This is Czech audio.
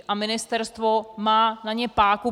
A ministerstvo má na ně páku.